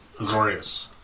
Azorius